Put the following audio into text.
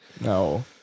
No